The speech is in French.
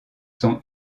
sont